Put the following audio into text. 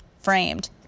framed